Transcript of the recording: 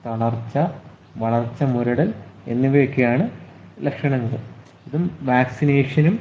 തളർച്ച വളർച്ച മുരടൽ എന്നിവയൊക്കെയാണ് ലക്ഷണങ്ങൾ ഇത് വാക്സിനേഷനും